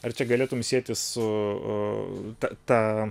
ar čia galėtum sieti su ta